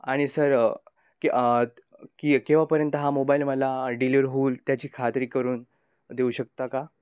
आणि सर की की केव्हापर्यंत हा मोबाईल मला डिलिव्हर होईल त्याची खात्री करून देऊ शकता का